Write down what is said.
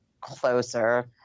closer